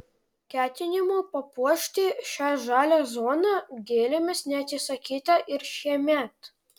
ketinimų papuošti šią žalią zoną gėlėmis neatsisakyta ir šiemet